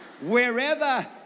Wherever